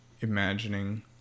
imagining